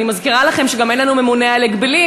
אני מזכירה לכם שגם אין לנו ממונה על הגבלים.